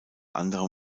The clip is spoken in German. anderem